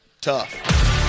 tough